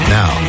now